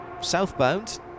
...southbound